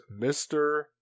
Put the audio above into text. mr